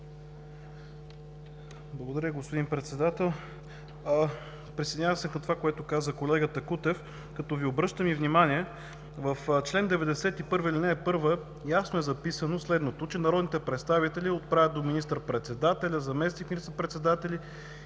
Благодаря, господин Председател. Присъединявам се към това, което каза колегата Кутев, като Ви обръщам и внимание – в чл. 91, ал. 1 ясно е записано следното: „народните представители отправят до министър-председател, заместник министър-председател или